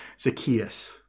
Zacchaeus